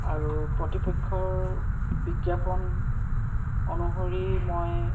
আৰু প্ৰতিপক্ষৰ বিজ্ঞাপন অনুসৰি মই